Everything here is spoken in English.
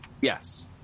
Yes